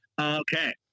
Okay